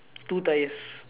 two tyres